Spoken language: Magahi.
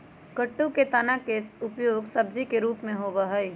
कुट्टू के तना के उपयोग सब्जी के रूप में होबा हई